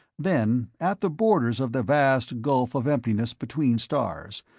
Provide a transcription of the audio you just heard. then, at the borders of the vast gulf of emptiness between stars,